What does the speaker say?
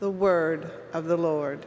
the word of the lord